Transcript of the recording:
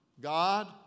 God